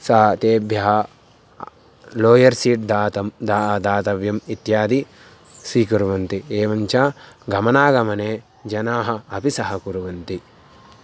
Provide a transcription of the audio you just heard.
सा तेभ्यः lower seat दातव्यं दा दातव्यम् इत्यादि स्वीकुर्वन्ति एवञ्च गमनागमने जनाः अपि सहकुर्वन्ति